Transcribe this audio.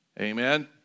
Amen